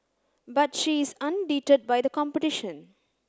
but she is undeterred by the competition